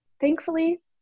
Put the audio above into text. Thankfully